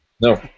no